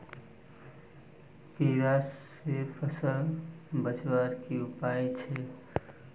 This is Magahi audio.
कीड़ा से फसल बचवार की उपाय छे?